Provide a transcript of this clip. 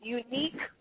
unique